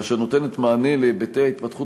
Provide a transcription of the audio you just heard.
אשר נותנת מענה על היבטי ההתפתחות